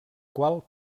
qual